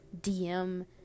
DM